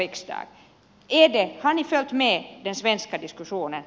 har ni följt med den svenska diskussionen